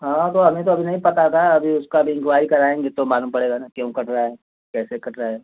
हाँ तो हमें तो अभी नहीं पता है अभी उसका भी इंक्वायरी कराएँगे तो मालूम पड़ेगा ना क्यों कट रहा है कैसे कट रहा है